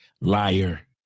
Liar